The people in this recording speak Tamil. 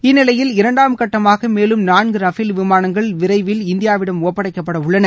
இந்நிலையில் இரண்டாம் கட்டமாக மேலும் நான்கு ரஃபேல் விமானங்கள் விரைவில் இந்தியாவிடம் ஒப்படைக்கப்பட உள்ளன